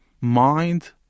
mind